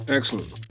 Excellent